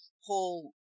whole